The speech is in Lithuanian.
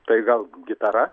tai gal gitara